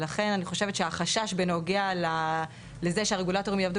ולכן אני חושבת שהחשש בנוגע לזה שהרגולטורים יעבדו